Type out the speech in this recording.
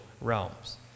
realms